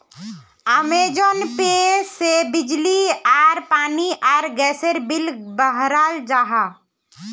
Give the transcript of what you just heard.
Amazon pay से बिजली आर पानी आर गसेर बिल बहराल जाहा